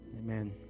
Amen